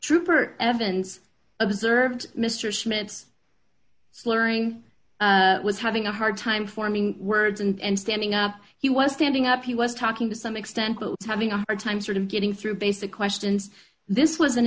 trooper evans observed mister smith's slurring was having a hard time forming words and standing up he was standing up he was talking to some extent but having a hard time sort of getting through basic questions this was an